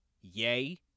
Yay